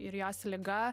ir jos liga